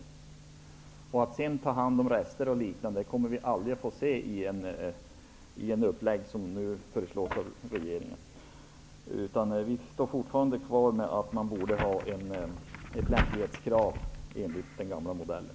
Att företagen sedan skulle ta hand om rester och liknande, kommer vi aldrig att få uppleva med det upplägg som nu föreslås av regeringen. Vi står kvar vid att det bör finnas ett lämplighetskrav enligt den gamla modellen.